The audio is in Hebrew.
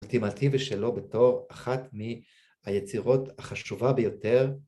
אולטימטיבי שלו בתור אחת מהיצירות החשובה ביותר